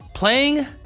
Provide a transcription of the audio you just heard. playing